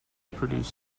produce